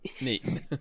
Neat